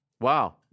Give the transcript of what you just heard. Wow